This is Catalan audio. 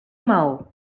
mal